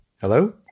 Hello